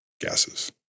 gases